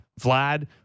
Vlad